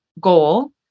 goal